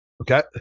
Okay